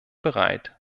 bereit